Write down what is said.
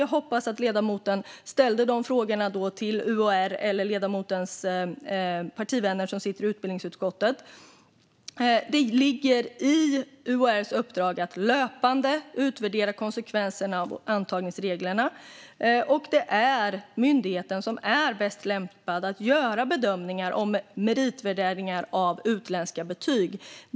Jag hoppas att ledamoten eller ledamotens partivänner i utbildningsutskottet då ställde dessa frågor till UHR. Det ligger i UHR:s uppdrag att löpande utvärdera konsekvenserna av antagningsreglerna, och det är myndigheten som är bäst lämpad att göra bedömningar gällande meritvärdering av utländska betyg.